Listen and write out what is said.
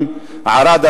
בערד,